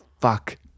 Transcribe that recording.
fuck